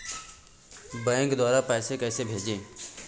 Bank द्वारा पैसे कैसे भेजें?